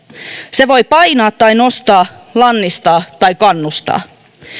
se voi painaa tai nostaa lannistaa tai kannustaa